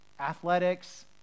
athletics